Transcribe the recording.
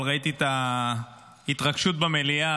אבל ראיתי את ההתרגשות במליאה,